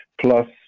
plus